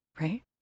Right